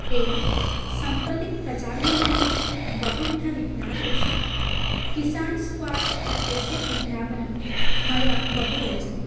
एवं सम्प्रति प्रचाल्यमानेषु बहुविधविज्ञापेषु किसान् स्क्वाश् इत्यस्य विज्ञापनं मया बहु रोचते